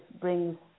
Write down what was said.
brings